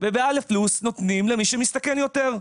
וב-א+ נותנים למי שמסתכן יותר.